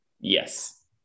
Yes